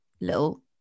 little